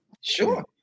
Sure